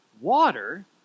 Water